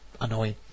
annoying